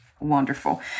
wonderful